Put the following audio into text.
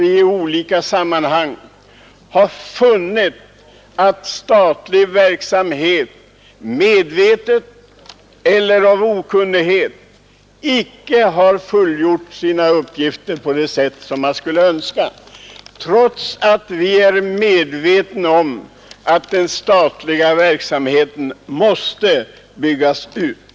Vi har vid skilda tillfällen funnit att statlig verksamhet medvetet eller av okunnighet inte har fullgjort sina uppgifter på det sätt man skulle ha önskat, samtidigt som vi varit medvetna om att den statliga verksamheten måste byggas ut.